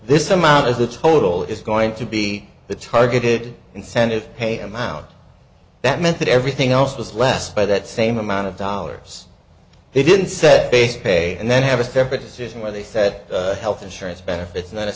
this amount is the total it's going to be the targeted incentive pay amount that meant that everything else was less by that same amount of dollars they didn't set base pay and then have a separate decision where they said health insurance benefits